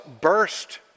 burst